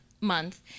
month